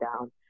down